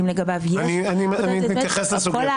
אני מתייחס לסוגייה.